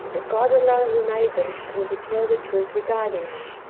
but god alone who made them can declare the truth regarding them.